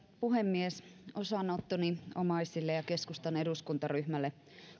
puhemies osanottoni omaisille ja keskustan eduskuntaryhmälle